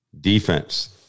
defense